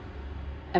en~